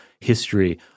history